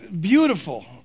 Beautiful